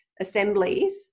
assemblies